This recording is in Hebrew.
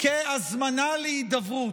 כהזמנה להידברות,